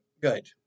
Good